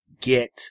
get